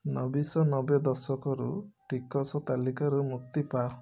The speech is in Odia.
ନବିଶ ନବେ ଦଶକରୁ ଟିକସ ତାଲିକାରୁ ମୁକ୍ତି ପାଅ